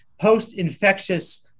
post-infectious